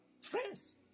Friends